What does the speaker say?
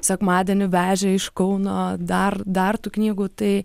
sekmadienį vežė iš kauno dar dar tų knygų tai